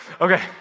Okay